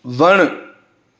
वणु